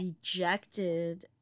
rejected